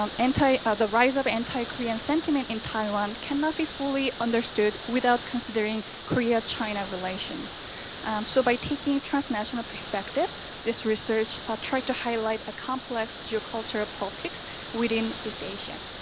um anti ah the rise of anti korean sentiment in taiwan cannot be fully understood without considering korea-china relations. um so by taking trans-national perspective this research tried to highlight a complex geo-culture politics within east asia.